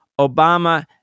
Obama